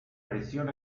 presión